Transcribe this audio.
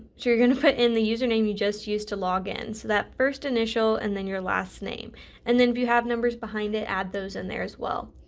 you're going to put in the username you just used to log in so that first initial and then your last name and then if you have numbers behind it add those and in as well.